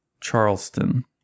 Charleston